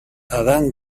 adán